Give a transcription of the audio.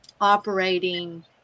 operating